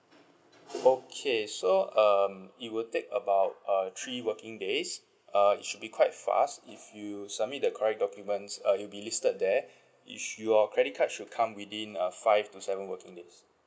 okay so um it will take about uh three working days uh it should be quite fast if you submit the correct documents uh it'll be listed there you should your credit card should come within uh five to seven working days